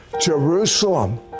Jerusalem